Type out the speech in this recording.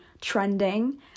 trending